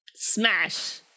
Smash